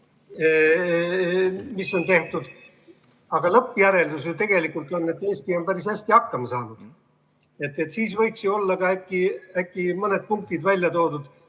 mis on tehtud, aga lõppjäreldus ju on, et Eesti on päris hästi hakkama saanud. Siis võiks ju olla ka äkki mõned punktid välja toodud,